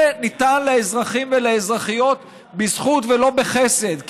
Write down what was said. זה ניתן לאזרחים ולאזרחיות בזכות ולא בחסד,